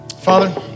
Father